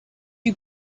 you